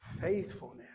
faithfulness